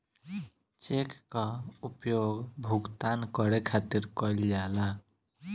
check कअ उपयोग भुगतान करे खातिर कईल जाला